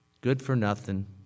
good-for-nothing